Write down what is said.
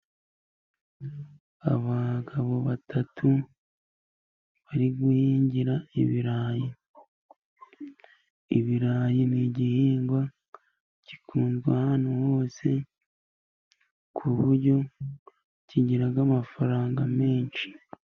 Abagabo batatu bari guhingira ibirayi. Ibirayi ni igihingwa gikundwa ahantu hose, ku buryo kigira amafaranga menshi.